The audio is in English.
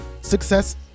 Success